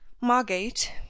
margate